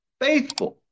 faithful